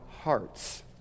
hearts